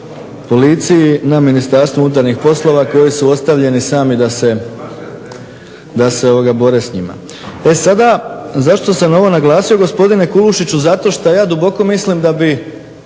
policiji, na Ministarstvu unutarnjih poslova koji su ostavljeni sami da se bore sa njima. E sada, zašto sam ovo naglasio gospodine Kulušiću zato što ja duboko mislim da bi